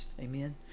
Amen